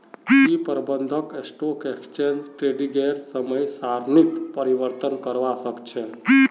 की प्रबंधक stock exchange ट्रेडिंगेर समय सारणीत परिवर्तन करवा सके छी